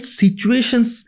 situations